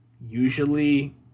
usually